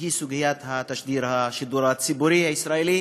שהיא סוגיית השידור הציבורי הישראלי,